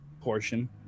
portion